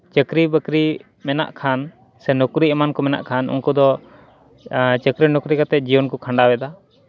ᱪᱟᱹᱠᱨᱤᱼᱵᱟᱹᱠᱨᱤ ᱢᱮᱱᱟᱜ ᱠᱷᱟᱱ ᱥᱮ ᱱᱚᱠᱨᱤ ᱮᱢᱟᱱ ᱠᱚ ᱢᱮᱱᱟᱜ ᱠᱷᱟᱱ ᱱᱩᱠᱩ ᱫᱚ ᱪᱟᱹᱠᱨᱤ ᱱᱚᱠᱨᱤ ᱠᱟᱛᱮᱫ ᱡᱤᱭᱚᱱ ᱠᱚ ᱠᱷᱟᱸᱰᱟᱣᱮᱫᱟ